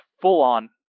full-on